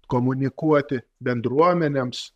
komunikuoti bendruomenėms